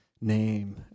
name